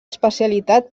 especialitat